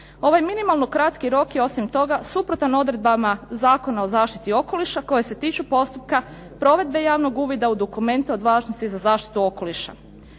Ovaj minimalno kratki rok je osim toga suprotan odredbama Zakona o zaštiti okoliša koje se tiču postupka provedbe javnog uvida u dokumente od važnosti za zaštitu okoliša.